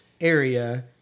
area